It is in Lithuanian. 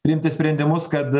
priimti sprendimus kad